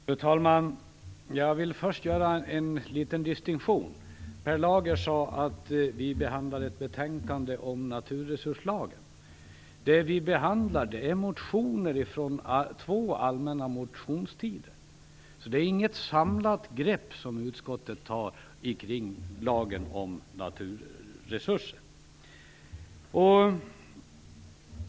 Fru talman! Jag vill först göra en liten distinktion. Per Lager sade att vi behandlar ett betänkande om naturresurslagen. Det vi behandlar är motioner från två allmänna motionstider, så det är inte ett samlat grepp som utskottet tar omkring lagen om naturresurser.